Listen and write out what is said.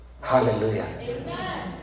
hallelujah